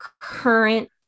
current